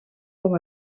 com